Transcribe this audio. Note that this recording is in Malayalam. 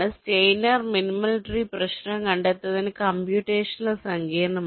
സ്റ്റെയ്നർ മിനിമൽ ട്രീ പ്രശ്നം കണ്ടെത്തുന്നത് കമ്പ്യൂട്ടേഷണൽ സങ്കീർണ്ണമാണ്